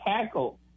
tackle